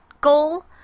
goal